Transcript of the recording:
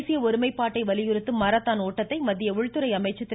தேசிய ஒருமைப்பாட்டை வலியுறுத்தும் மாரத்தான் ஓட்டத்தை மத்திய உள்துறை அமைச்சர் திரு